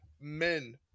men